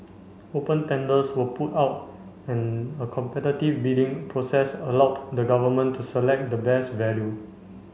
open tenders were put out and a competitive bidding process allowed the Government to select the best value